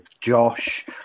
josh